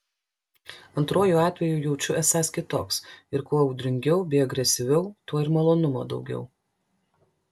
antruoju atveju jaučiu esąs kitoks ir kuo audringiau bei agresyviau tuo ir malonumo daugiau